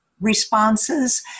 responses